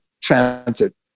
Transit